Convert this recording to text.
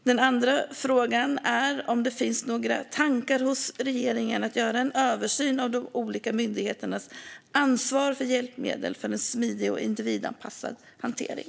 Den andra frågan är om det finns några tankar hos regeringen om att göra en översyn av de olika myndigheternas ansvar för hjälpmedel för en smidig och individanpassad hantering.